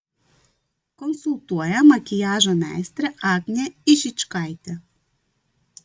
konsultuoja makiažo meistrė agnė ižičkaitė